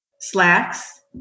Slacks